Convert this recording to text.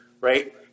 Right